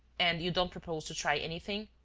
and you don't propose to try anything?